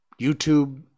YouTube